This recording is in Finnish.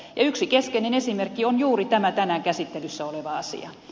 ja yksi keskeinen esimerkki on juuri tämä tänään käsittelyssä oleva asia